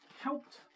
helped